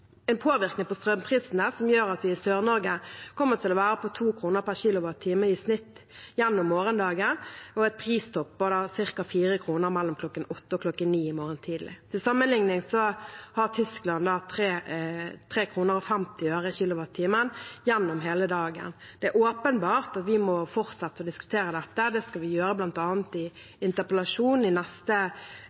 en påvirkning på strømprisene som gjør at de i Sør-Norge kommer til å være på 2 kr/kWh i snitt gjennom morgendagen, og vi får en pristopp på ca. 4 kr mellom kl. 08 og kl. 09 i morgen tidlig. Til sammenligning har Tyskland 3,5 kr/kWh gjennom hele dagen. Det er åpenbart at vi må fortsette å diskutere dette. Det skal vi gjøre bl.a. i interpellasjonen i neste